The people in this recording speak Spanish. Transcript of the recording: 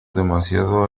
demasiado